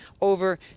over